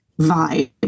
vibe